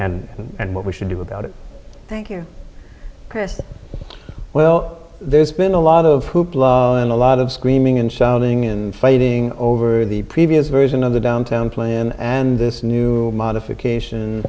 and and what we should do about it thank you chris well there's been a lot of hoopla and a lot of screaming and shouting and fighting over the previous version of the downtown flynn and this new modification